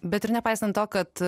bet ir nepaisant to kad